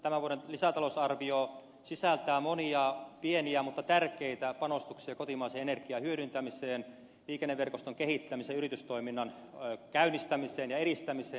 tämä tämän vuoden lisätalousarvio sisältää monia pieniä mutta tärkeitä panostuksia kotimaisen energian hyödyntämiseen liikenneverkoston kehittämiseen yritystoiminnan käynnistämiseen ja edistämiseen